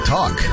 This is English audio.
Talk